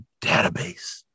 database